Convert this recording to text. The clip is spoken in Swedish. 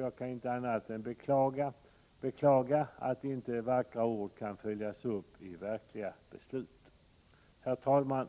Jag kan inte annat än beklaga att vackra ord inte kan följas upp i verkliga beslut. Herr talman!